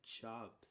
job